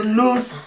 lose